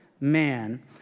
man